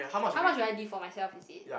how much will I leave for myself is it